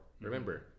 Remember